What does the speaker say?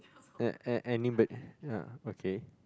a a any but ya okay